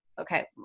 Okay